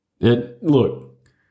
Look